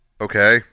Okay